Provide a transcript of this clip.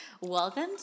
welcome